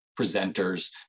presenters